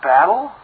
Battle